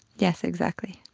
yes, exactly.